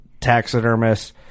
taxidermists